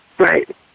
Right